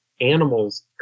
animals